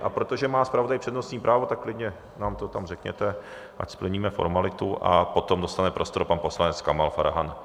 A protože má zpravodaj přednostní právo, tak klidně nám to tam řekněte, ať splníme formalitu, a potom dostane prostor pan poslanec Kamal Farhan.